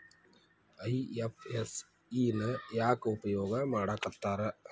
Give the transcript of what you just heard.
IFSC ನ ಯಾಕ್ ಉಪಯೊಗ್ ಮಾಡಾಕತ್ತಾರ?